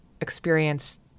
experience